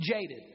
jaded